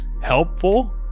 helpful